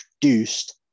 produced